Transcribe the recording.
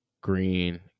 green